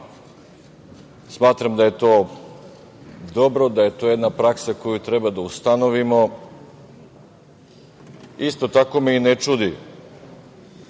smatram da je to dobro, da je to jedna praksa koju treba da ustanovimo. Isto tako me i ne čudi